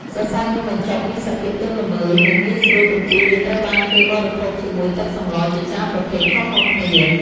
សរសៃនំបញ្ចុកមានសភាពទន់ល្មើយ និងងាយស្រួលទំពាវាត្រូវបានគេបរិភោគជាមួយទឹកសម្លជាច្រើនប្រភេទខុសៗគ្នា។